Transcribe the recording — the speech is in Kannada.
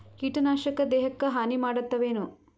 ಕೀಟನಾಶಕ ದೇಹಕ್ಕ ಹಾನಿ ಮಾಡತವೇನು?